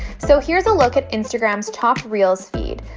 so here's a look at instagram's top reels feed.